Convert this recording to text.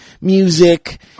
music